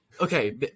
okay